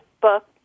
book